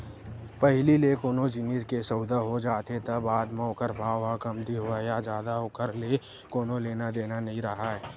पहिली ले कोनो जिनिस के सउदा हो जाथे त बाद म ओखर भाव ह कमती होवय या जादा ओखर ले कोनो लेना देना नइ राहय